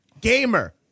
gamer